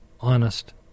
honest